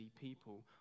people